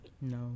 No